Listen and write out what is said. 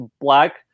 black